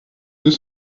deux